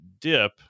dip